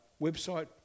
website